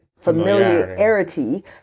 familiarity